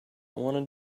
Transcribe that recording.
want